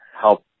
help